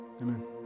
Amen